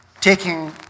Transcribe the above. taking